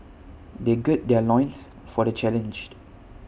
they gird their loins for the challenge